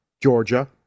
Georgia